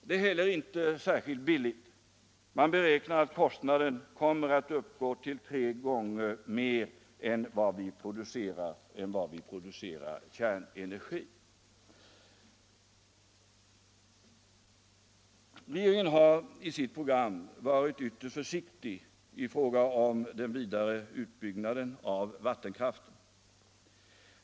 Det är heller inte särskilt billigt. Man beräknar att kostnaden per kWh kommer att bli tre gånger större än vid produktion av kärnenergi. Regeringen har i sitt program varit ytterst försiktig i fråga om den vidare utbyggnaden av vattenkraften.